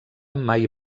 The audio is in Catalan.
mai